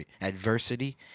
adversity